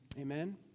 Amen